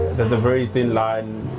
there's a very thin line,